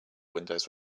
windows